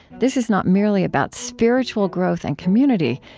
this is not merely about spiritual growth and community,